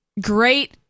great